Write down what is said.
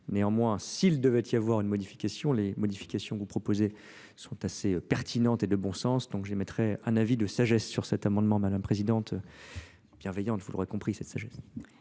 néanmoins s'il devait y avoir une modification les modifications que vous proposez sont assez pertinentes et de bon sens donc j'émettrais un avis de sagesse sur cet amendement madame la présidente bienveillant merci votre sagesse